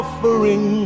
Offering